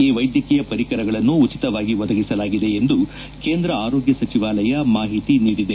ಈ ವ್ಯೆದ್ಗಕೀಯ ಪರಿಕರಗಳನ್ನು ಉಚಿತವಾಗಿ ಒದಗಿಸಲಾಗಿದೆ ಎಂದು ಕೇಂದ್ರ ಆರೋಗ್ಯ ಸಚಿವಾಲಯ ಮಾಹಿತಿ ನೀಡಿದೆ